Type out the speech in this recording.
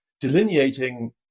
delineating